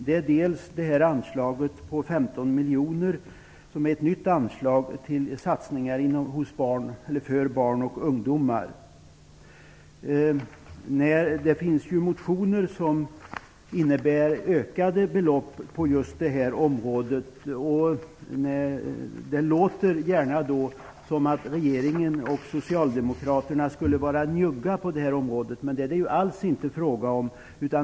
Det gäller först det nya anslaget på 15 miljoner till satsningar för barn och ungdomar. Det finns motioner som innebär ökade belopp på just detta område. Det låter gärna som att regeringen och Socialdemokraterna skulle vara njugga på området, men det är det alls inte fråga om.